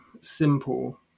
simple